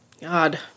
God